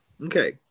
Okay